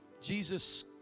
Jesus